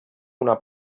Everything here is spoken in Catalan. una